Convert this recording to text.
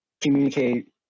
communicate